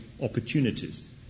opportunities